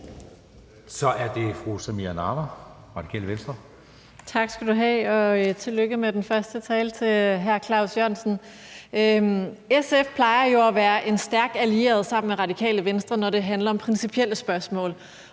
Så er det fru Samira Nawa, Radikale Venstre. Kl. 18:42 Samira Nawa (RV): Tak, og tillykke med den første tale til hr. Claus Jørgensen. SF plejer jo at være en stærk allieret sammen med Radikale Venstre, når det handler om principielle spørgsmål.